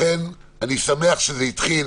לכן, אני שמח שזה התחיל.